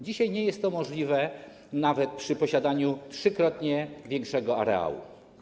Dzisiaj nie jest to możliwe, nawet gdy posiada się trzykrotnie większy areał.